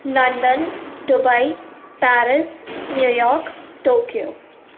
London Dubai Paris New York Tokyo